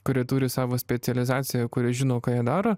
kurie turi savo specializaciją kurie žino ką jie daro